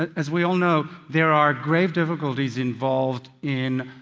as we all know, there are great difficulties involved in